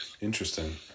Interesting